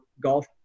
golf